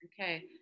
Okay